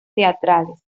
teatrales